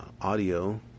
audio